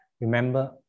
Remember